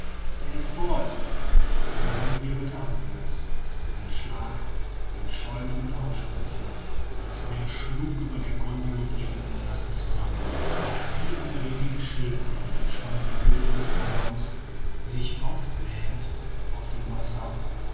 er ist fort der ballon wirbelte abwärts ein schlag ein schäumen und aufspritzen das meer schlug über der gondel und ihren insassen zusammen wie eine riesige schildkröte schwamm die hülle des ballons sich aufblähend auf dem wasser